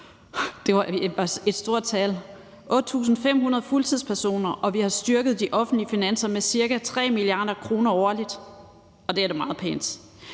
øget arbejdsudbuddet med 8.500 fuldtidspersoner og vi har styrket de offentlige finanser med ca. 3 mia. kr. årligt, og det er da meget pænt.